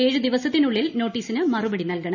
ഏഴ് ദിവസത്തിനുള്ളിൽ നോട്ടീസിന് മറുപടി നൽക്കണം